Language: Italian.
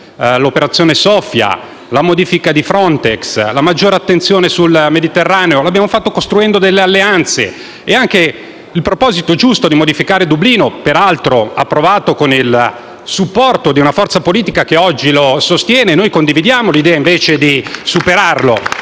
l'operazione Sophia, la modifica di Frontex e la maggiore attenzione sul Mediterraneo; L'abbiamo fatto costruendo delle alleanze. Anche riguardo al proposito giusto di modificare Dublino (peraltro approvato con il supporto di una forza politica che oggi sostiene tale proposito), noi condividiamo l'idea, invece, di superarlo,